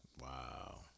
Wow